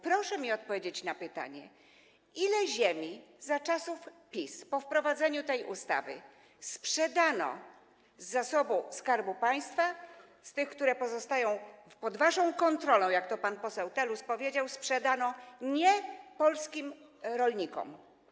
Proszę mi odpowiedzieć na pytanie, ile ziemi za czasów PiS po wprowadzeniu tej ustawy sprzedano z zasobu Skarbu Państwa, ile z tych, które pozostają pod waszą kontrolą, jak to pan poseł Telus powiedział, sprzedano niepolskim rolnikom.